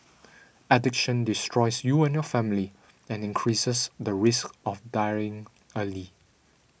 addiction destroys you and your family and increases the risk of dying early